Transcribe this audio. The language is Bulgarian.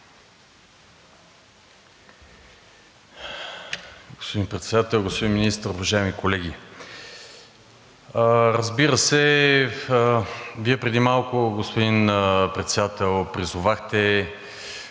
Господин Председател, господин Министър, уважаеми колеги! Разбира се, Вие преди малко, господин Председател, призовахте,